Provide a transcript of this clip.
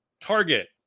target